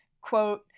quote